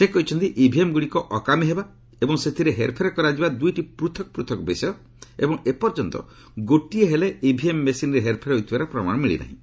ସେ କହିଛନ୍ତି ଇଭିଏମ୍ଗୁଡ଼ିକ ଅକାମୀ ହେବା ଏବଂ ସେଥିରେ ହେର୍ଫେର୍ କରାଯିବା ଦୁଇଟି ପୃଥକ୍ ପୃଥକ୍ ବିଷୟ ଏବଂ ଏପର୍ଯ୍ୟନ୍ତ ଗୋଟିଏ ହେଲେ ଇଭିଏମ୍ ମେସିନ୍ରେ ହେର୍ଫେର୍ ହୋଇଥିବାର ପ୍ରମାଣ ମିଳିନାହିଁ